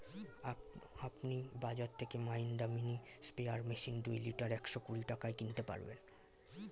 আপনি বাজর থেকে মহিন্দ্রা মিনি স্প্রেয়ার মেশিন দুই লিটার একশো কুড়ি টাকায় কিনতে পারবেন